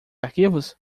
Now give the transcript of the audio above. arquivos